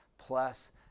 plus